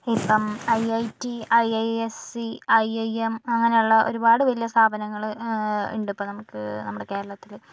ഇപ്പം IIT IISc IIM അങ്ങനെ ഒള്ള ഒരുപാട് വല്യ സ്ഥാപനങ്ങള് ഉണ്ടിപ്പോൾ നമ്മുക്ക് നമ്മടെ കേരളത്തില്